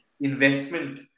investment